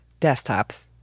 desktops